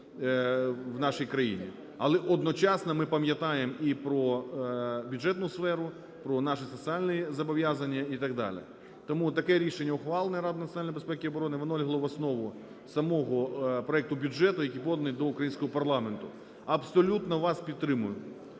в нашій країні. Але одночасно ми пам'ятаємо і про бюджетну сферу, про наші соціальні зобов'язання і так далі. Тому таке рішення ухвалене Радою національної безпеки і оборони, воно лягло в основу самого проекту бюджету, який поданий до українського парламенту. Абсолютно вас підтримую